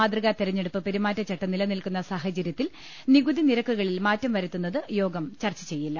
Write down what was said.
മാതൃകാ തെരഞ്ഞെടുപ്പ് പെരുമാറ്റചട്ടം നിലനിൽക്കുന്ന ് സാഹചര്യത്തിൽ നികുതി നിരക്കുകളിൽ മാറ്റം വരുത്തുന്നത് യോഗം ചർച്ചചെയ്യില്ല